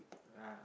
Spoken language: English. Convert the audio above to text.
ah